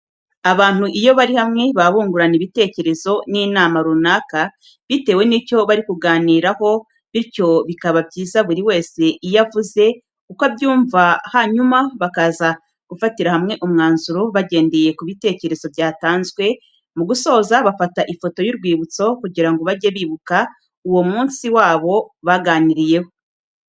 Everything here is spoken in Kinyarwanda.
Abantu iyo bari hamwe baba bungurana ibitekerezo n'inama runaka bitewe n'icyo bari kuganira ho bityo bikaba byiza buri wese iyo avuze uko abyumva hanyuma bakaza gufatira hamwe umwanzuro bagendeye ku bitekerezo byatanzwe, mu gusoza bafata ifoto y'urwibutso kugira ngo bajye bibuka uwo munsi wabo baganiririyeho.